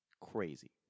Crazy